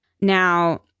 Now